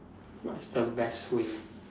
what is the best way